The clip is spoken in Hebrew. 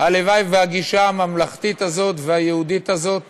הלוואי שהגישה הממלכתית הזאת והיהודית הזאת